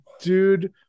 Dude